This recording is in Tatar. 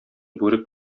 бүрек